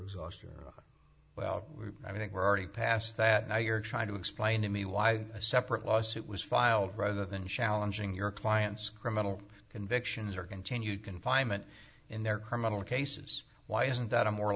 exhaustion well i think we're already past that now you're trying to explain to me why a separate lawsuit was filed rather than challenging your client's criminal convictions or continued confinement in their criminal cases why isn't that a more